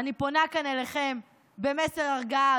אני פונה פה אליכם במסר הרגעה.